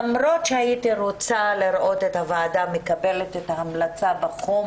למרות שהייתי רוצה לראות את הוועדה מקבלת את ההמלצה בחום